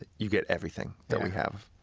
ah you get everything that we have.